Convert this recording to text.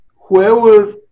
whoever